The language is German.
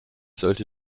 sollte